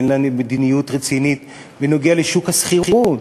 אין לה מדיניות רצינית בנוגע לשוק השכירות,